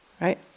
right